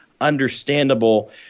understandable